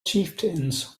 chieftains